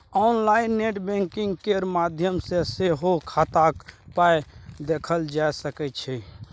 online net banking केर माध्यम सँ सेहो खाताक पाइ देखल जा सकै छै